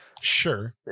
Sure